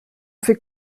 fait